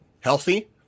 healthy